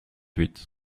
huit